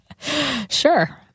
Sure